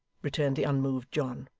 returned the unmoved john.